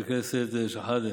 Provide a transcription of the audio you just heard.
חבר הכנסת שחאדה,